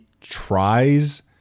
tries